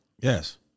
Yes